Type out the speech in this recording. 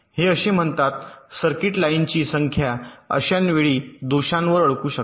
हे असे म्हणतात सर्किट लाईनची संख्या अशा वेळी दोषांवर अडकू शकते